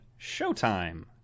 Showtime